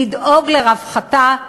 לדאוג לרווחתה,